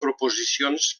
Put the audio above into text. proposicions